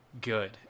good